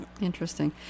Interesting